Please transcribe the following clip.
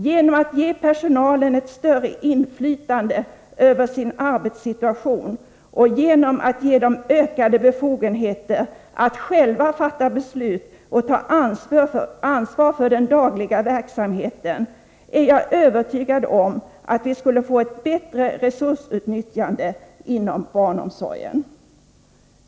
Genom att ge personalen större inflytande över sin arbetssituation och genom att ge dem ökade befogenheter att själva fatta beslut och ta ansvar för den dagliga verksamheten skulle vi få ett bättre resursutnyttjande inom barnomsorgen — det är jag övertygad om.